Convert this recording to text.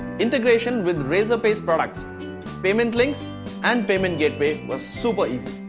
integration with razorpay products payment links and payment gateway was super easy.